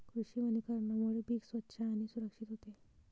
कृषी वनीकरणामुळे पीक स्वच्छ आणि सुरक्षित होते